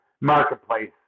marketplace